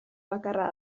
bakarra